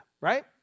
right